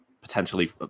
potentially